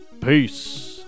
peace